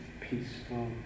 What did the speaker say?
peaceful